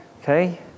Okay